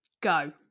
go